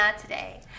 today